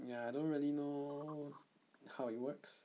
ya I don't really know how it works